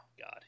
God